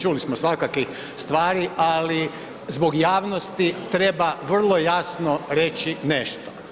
Čuli smo svakakvih stvari ali zbog javnosti treba vrlo jasno reći nešto.